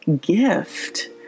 gift